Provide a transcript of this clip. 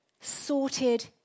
sorted